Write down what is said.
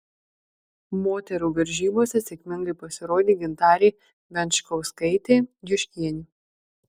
moterų varžybose sėkmingai pasirodė gintarė venčkauskaitė juškienė